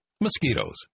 Mosquitoes